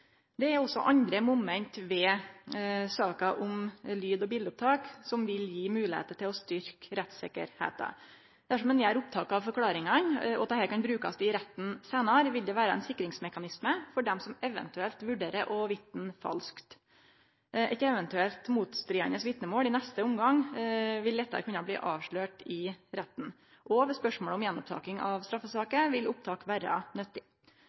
Det er også andre moment ved saka om lyd- og biletopptak som vil gi moglegheit til å styrkje rettsikkerheita. Dersom ein gjer opptak av forklaringane, og dette kan brukast i retten seinere, vil det vere ein sikringsmekanisme for dei som eventuelt vurderer å vitne falskt. Eit eventuelt motstridande vitnemål i neste omgang vil lettare kunne bli avslørt i retten, og ved spørsmålet om gjenopptaking av straffesaker vil opptak vere nyttig.